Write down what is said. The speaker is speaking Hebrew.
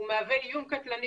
הוא מהווה איום קטלני,